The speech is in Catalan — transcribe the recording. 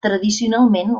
tradicionalment